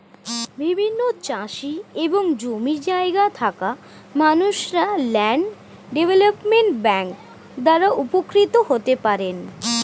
বিভিন্ন চাষি এবং জমি জায়গা থাকা মানুষরা ল্যান্ড ডেভেলপমেন্ট ব্যাংক দ্বারা উপকৃত হতে পারেন